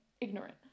Ignorant